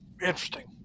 Interesting